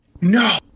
No